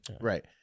Right